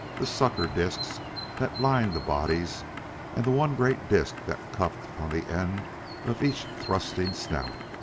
the sucker-discs that lined the bodies and the one great disc that cupped on the end of each thrusting snout.